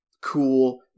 cool